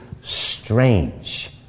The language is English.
strange